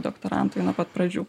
doktorantui nuo pat pradžių